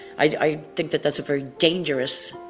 i think that that's a very dangerous,